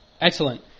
Excellent